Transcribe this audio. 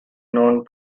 known